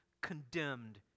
condemned